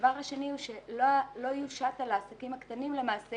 הדבר השני הוא שלא יושת על העסקים הקטנים למעשה